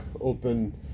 open